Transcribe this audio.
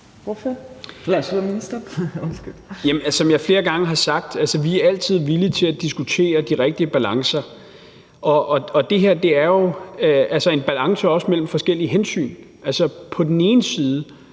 Som jeg flere gange har sagt, er vi altid villige til at diskutere de rigtige balancer, og det her er jo altså også en balance mellem forskellige hensyn. På den ene side